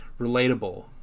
relatable